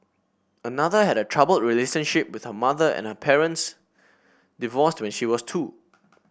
another had a troubled relationship with her mother and her parents divorced when she was two